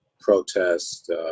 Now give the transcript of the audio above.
protest